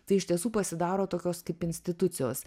tai iš tiesų pasidaro tokios kaip institucijos